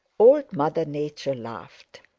old mother nature laughed.